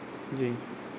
जी